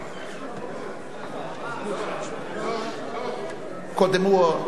חוק אזור סחר חופשי (פטורים והנחות ממסים)